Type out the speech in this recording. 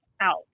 out